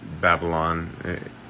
Babylon